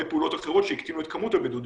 פעולות אחרות שהקטינו את כמות הבידודים,